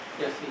Yes